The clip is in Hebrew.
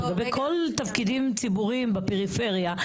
לגבי כל התפקדים הציבוריים בפריפריה.